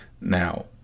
Now